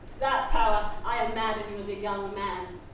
that's how i imagine you as a young man,